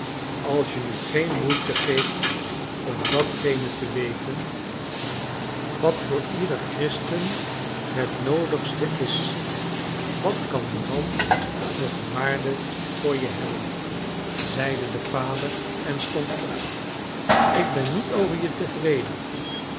als je u geen moeite geeft om datgene te weten wat voor ieder christen het noodigste is wat kan dan nog waarde voor je hebben zeide de vader en stond op ik ben niet over je tevreden